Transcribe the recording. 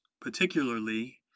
particularly